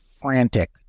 frantic